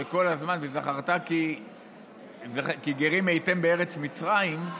היא שכל הזמן זכרת, "כי גרים הייתם בארץ מצרים",